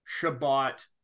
Shabbat